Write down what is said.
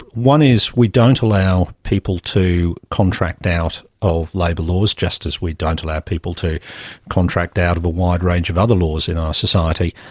one is we don't allow people to contract out of labour laws, just as we don't allow people to contract out of a wide range of other laws in our society.